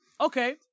Okay